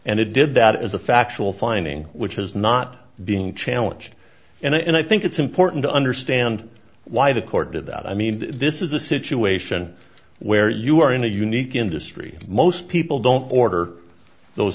and it did that as a factual finding which is not being challenged and i think it's important to understand why the court did that i mean this is a situation where you are in a unique industry most people don't order those